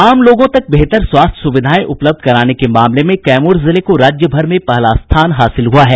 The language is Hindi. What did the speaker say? आम लोगों तक बेहतर स्वास्थ्य स्विधाएं उपलब्ध कराने के मामले में कैमूर जिले को राज्यभर में पहला स्थान हासिल हुआ है